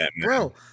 bro